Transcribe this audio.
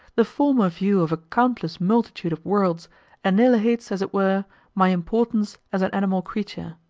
the former view of a countless multitude of worlds annihilates as it were my importance as an animal creature,